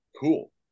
cool